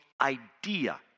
idea